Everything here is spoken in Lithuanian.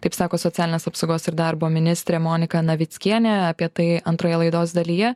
taip sako socialinės apsaugos ir darbo ministrė monika navickienė apie tai antroje laidos dalyje